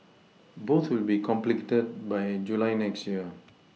both will be completed by July next year